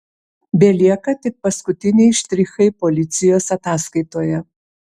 belieka tik paskutiniai štrichai policijos ataskaitoje